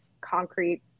concrete